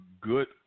good